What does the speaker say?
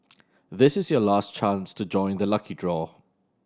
this is your last chance to join the lucky draw